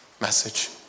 message